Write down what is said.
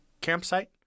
campsite